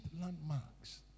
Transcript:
landmarks